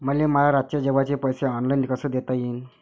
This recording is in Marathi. मले माया रातचे जेवाचे पैसे ऑनलाईन कसे देता येईन?